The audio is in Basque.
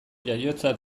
jaiotza